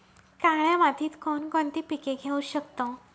काळ्या मातीत कोणकोणती पिके घेऊ शकतो?